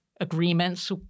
agreements